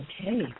Okay